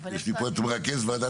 אבל יש לי פה את מרכז ועדת